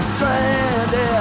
Stranded